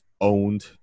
owned